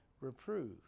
reprove